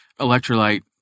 electrolyte